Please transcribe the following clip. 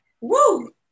Woo